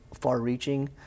far-reaching